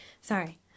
sorry